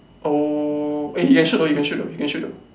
oh eh he can shoot though he can shoot though he can shoot though